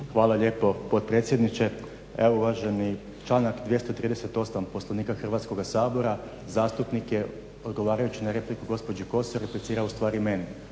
Hvala lijepo potpredsjedniče. Evo uvaženi, članak 238. Poslovnika Hrvatskoga sabora zastupnik je odgovarajući na repliku gospođi Kosor replicirao ustvari meni.